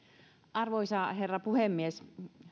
arvoisa herra puhemies